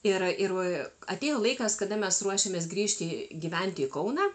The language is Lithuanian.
ir ir atėjo laikas kada mes ruošėmės grįžti gyventi į kauną